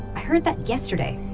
i heard that yesterday.